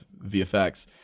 vfx